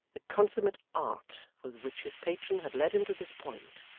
the consummate art with which his patron had led him to this point,